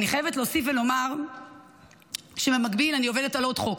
אני חייבת להוסיף ולומר שבמקביל אני עובדת על עוד חוק,